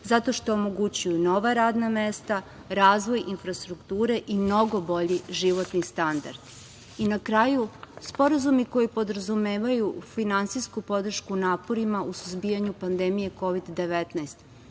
zato što omogućuju nova radna mesta, razvoj infrastrukture i mnogo bolji životni standard. Na kraju, sporazumi koji podrazumevaju finansijsku podršku naporima u suzbijanju pandemije Kovid-19